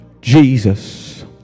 jesus